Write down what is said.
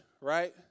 right